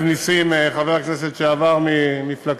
נסים זאב, חבר הכנסת לשעבר ממפלגתך,